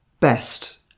Best